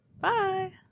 Bye